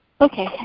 Okay